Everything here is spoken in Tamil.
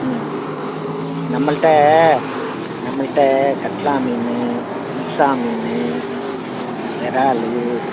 ஆ நம்மள்கிட்ட நம்மள்கிட்ட கட்லா மீனு இல்சா மீனு இறாலு